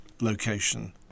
location